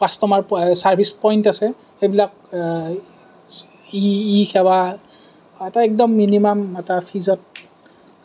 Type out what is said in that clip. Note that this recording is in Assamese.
কাষ্টমাৰ চাৰ্ভিছ পইন্ট আছে সেইবিলাক ই সেৱা এটা একদম মিনিমান ফিজত